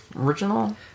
original